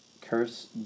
curse